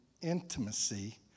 intimacy